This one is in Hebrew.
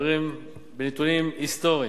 דברים בעיתויים היסטוריים,